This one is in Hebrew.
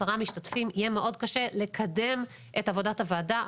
משתתפים יהיה מאוד קשה לקדם את עבודת הוועדה.